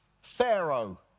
Pharaoh